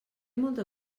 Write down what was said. molta